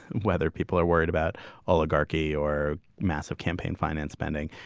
whether people are worried about oligarchy or massive campaign finance spending,